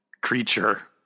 creature